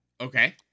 Okay